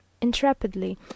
intrepidly